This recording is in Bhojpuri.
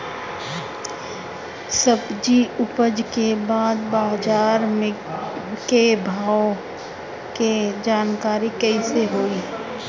सब्जी उपज के बाद बाजार के भाव के जानकारी कैसे होई?